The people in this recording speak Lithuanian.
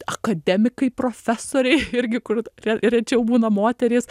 akademikai profesoriai irgi kur re rečiau būna moterys